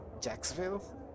Jacksonville